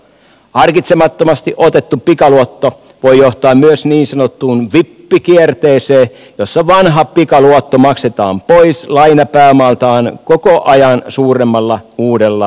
harkitsemattomasti otettu pikaluotto voi johtaa myös niin sanottuun vippikierteeseen jossa vanha pikaluotto maksetaan pois lainapääomaltaan koko ajan suuremmalla uudella pikaluotolla